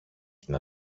την